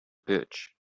pitch